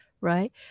right